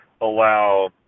allow